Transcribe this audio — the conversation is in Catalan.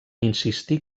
insistir